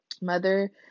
mother